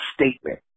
statement